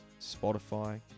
Spotify